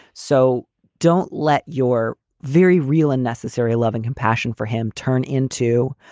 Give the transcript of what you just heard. so don't let your very real and necessary loving compassion for him turn into.